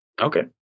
Okay